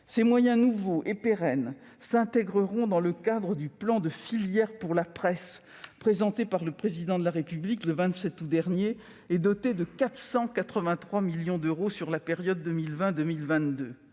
Ces moyens nouveaux et pérennes s'intégreront dans le cadre du plan de filière pour la presse, présenté par le Président de la République le 27 août dernier, et doté de 483 millions d'euros sur la période 2020-2022.